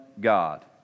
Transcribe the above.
God